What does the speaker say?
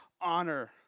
honor